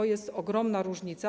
To jest ogromna różnica.